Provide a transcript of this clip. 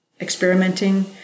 experimenting